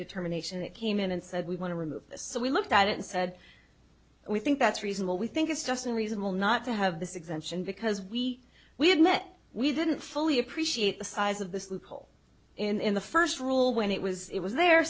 determination it came in and said we want to remove this so we looked at it and said we think that's reasonable we think it's just unreasonable not to have this exemption because we we had met we didn't fully appreciate the size of this loophole in the first rule when it was it was the